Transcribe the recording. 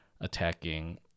attacking